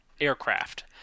aircraft